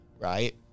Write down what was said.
right